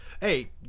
Hey